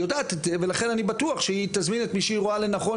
היא יודעת את זה ולכן אני בטוח שהיא תזמין את מי שהיא רואה לנכון,